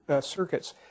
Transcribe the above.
circuits